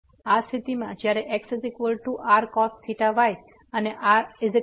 આ સ્થિતિમાં જ્યારે આપણે xrcos yrsin ને બદલીએ છીએ